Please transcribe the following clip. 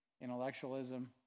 intellectualism